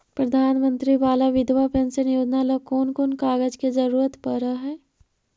प्रधानमंत्री बाला बिधवा पेंसन योजना ल कोन कोन कागज के जरुरत पड़ है?